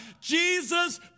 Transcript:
Jesus